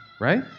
right